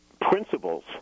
principles